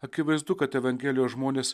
akivaizdu kad evangelijos žmonės